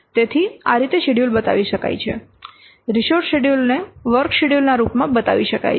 તેથી આ રીતે શેડ્યૂલ બતાવી શકાય છે રિસોર્સ શેડ્યૂલ વર્ક શેડ્યૂલ ના રૂપમાં બતાવી શકાય છે